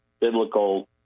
biblical